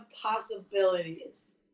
possibilities